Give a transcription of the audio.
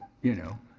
you know,